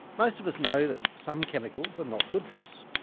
most of us know that some chemicals are not good for us,